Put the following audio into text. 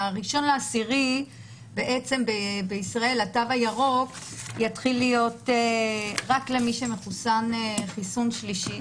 ב-1.10 בעצם בישראל התו הירוק יתחיל להיות רק למי שמחוסן חיסון שלישי